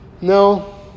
no